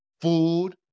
food